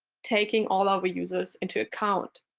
taking all our users into account.